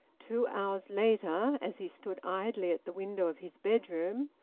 two hours later, as he stood idly at the window of his bedroom,